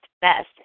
best